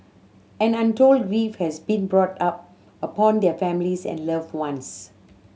and untold grief has been brought upon their families and loved ones